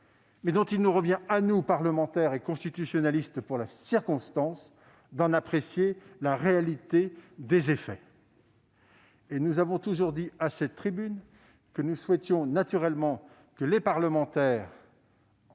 mais dont il nous revient à nous, parlementaires et constitutionnalistes pour la circonstance, d'apprécier la réalité des effets. Nous avons toujours dit à cette tribune que nous souhaitions naturellement que les parlementaires